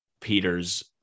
Peter's